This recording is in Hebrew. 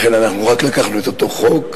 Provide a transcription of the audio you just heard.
לכן אנחנו רק לקחנו את אותו חוק.